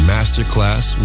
Masterclass